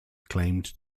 claimed